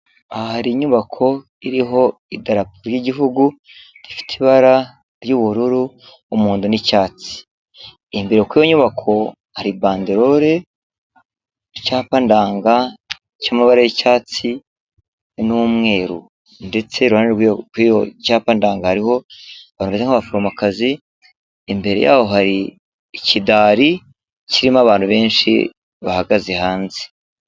Aha hari inyubako irihodarapo iry'igihugu gifite ibara ry'ubururu umuhondo n'icyatsi imbere kuri iyo nyubako hari bandelole icyapa ndanga cy'amabara y'icyatsi n'umweru ndetse iruhande rw'icyo cyapa ndanga hariho aba nk'abaforomokazi imbere yaho hari ikidari kirimo abantu benshi bahagaze hanze.